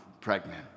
pregnant